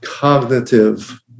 Cognitive